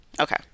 Okay